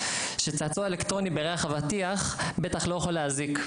שצעצוע אלקטרוני בריח אבטיח בטח לא יכול להזיק.